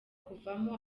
kuzavamo